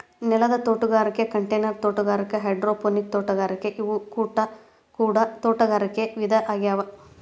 ನೆಲದ ತೋಟಗಾರಿಕೆ ಕಂಟೈನರ್ ತೋಟಗಾರಿಕೆ ಹೈಡ್ರೋಪೋನಿಕ್ ತೋಟಗಾರಿಕೆ ಇವು ಕೂಡ ತೋಟಗಾರಿಕೆ ವಿಧ ಆಗ್ಯಾವ